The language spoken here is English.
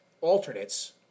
alternates